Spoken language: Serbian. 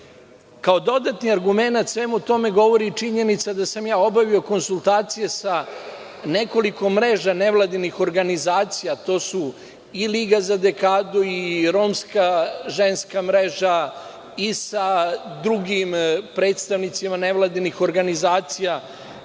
dodatni argumenat tome govori i činjenica da sam obavio konsultacije sa nekoliko mreža nevladinih organizacija, a to su i Liga za dekadu i Romska ženska mreža i sa drugim predstavnicima nevladinih organizacija,